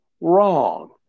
wrong